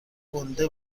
گنده